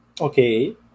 Okay